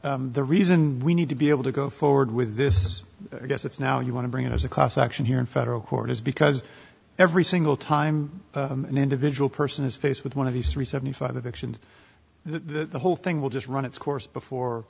that the reason we need to be able to go forward with this i guess it's now you want to bring it as a class action here in federal court is because every single time an individual person is faced with one of these three seventy five actions the whole thing will just run its course before